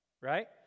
Right